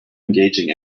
engaging